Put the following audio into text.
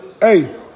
Hey